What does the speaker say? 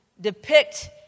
depict